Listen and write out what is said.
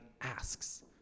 asks